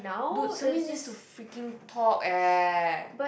dude somebody needs to freaking talk eh